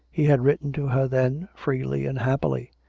he had written to her then, freely and happily.